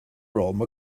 role